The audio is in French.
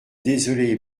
désolé